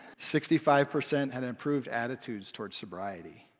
sixty-five percent had improved attitudes towards sobriety.